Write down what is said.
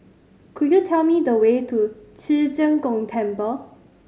could you tell me the way to Ci Zheng Gong Temple